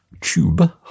tube